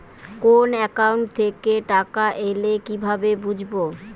কোন একাউন্ট থেকে টাকা এল কিভাবে বুঝব?